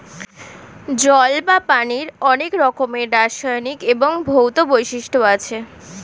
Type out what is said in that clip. জল বা পানির অনেক রকমের রাসায়নিক এবং ভৌত বৈশিষ্ট্য আছে